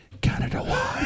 Canada